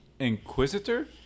inquisitor